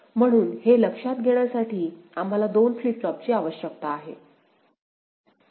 म्हणून हे लक्षात घेण्यासाठी आम्हाला 2 फ्लिप फ्लॉपची आवश्यकता आहे